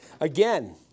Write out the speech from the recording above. Again